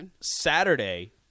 Saturday